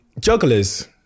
jugglers